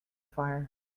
fire